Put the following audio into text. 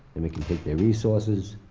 then we can take their resources.